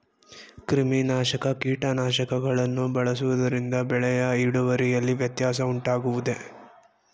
ಕ್ರಿಮಿನಾಶಕ ಕೀಟನಾಶಕಗಳನ್ನು ಬಳಸುವುದರಿಂದ ಬೆಳೆಯ ಇಳುವರಿಯಲ್ಲಿ ವ್ಯತ್ಯಾಸ ಉಂಟಾಗುವುದೇ?